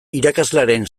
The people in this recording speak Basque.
irakaslearen